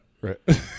Right